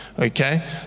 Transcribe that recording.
Okay